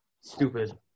Stupid